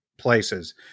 places